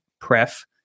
pref